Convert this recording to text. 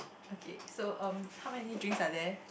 okay so um how many drinks are there